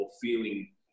feeling